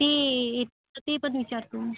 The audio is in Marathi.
ती ती पण विचारतो